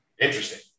Interesting